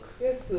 Yes